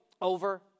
over